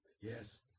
yes